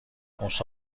موسی